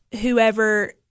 whoever